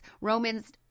Romans